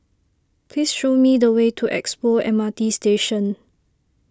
please show me the way to Expo M R T Station